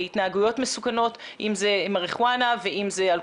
להנגשת המידע כמובן לייצר את המנגנונים או טיפול הרצף לאורך כל